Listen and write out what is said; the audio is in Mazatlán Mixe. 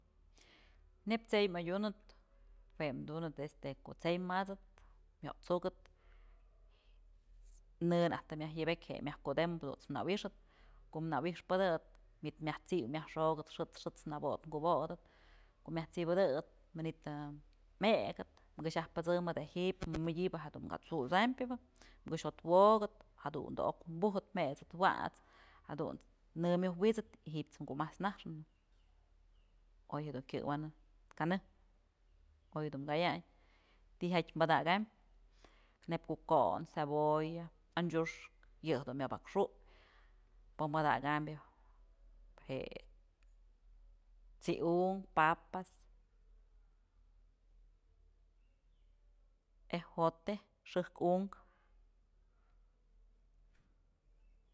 Neyb t'sey adyunëp jue tunëp este ko'o t'sey myot'sukëp në najk të myaj yëbëkyë je'e myaj kudemëp jadunt's nawi'ixëp, ko'o nawi'ixpëdëp myt myaj t'sip myaj xokëp xët' xët's nabot kubotëp ko'o myaj t'sibëdëp manytë ja'a ëkët këx yajpësëmëp je'e ji'ibyë mëdyëbë jedun ka'a t'susambyëbë këx jo'ot wokëp jadun da'ok bujëp jet'sëp wat's jadunt's në myoj wi'isëp y ji'ibs kumat's naxnëbë oy jedun kyëwanë kanë oy dun kayayn tyjatyë padakaym neyb ku'u kon, cebolla. anchyuxkë yedun mya bakxupyë pë padakambyë je'e t'siun, papa, ejote, xëjk unkë.